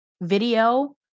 video